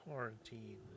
Quarantine